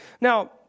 Now